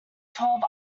twelve